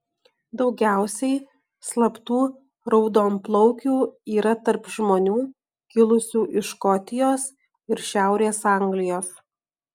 daugiausiai slaptų raudonplaukių yra tarp žmonių kilusių iš škotijos ir šiaurės anglijos